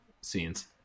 scenes